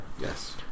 yes